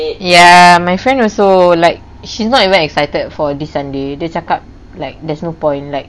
ya my friend also like she's not even excited for this sunday dia cakap like there's no point like